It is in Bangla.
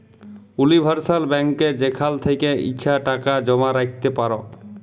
উলিভার্সাল ব্যাংকে যেখাল থ্যাকে ইছা টাকা জমা রাইখতে পার